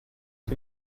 can